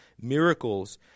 miracles